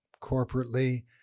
corporately